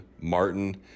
Martin